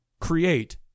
create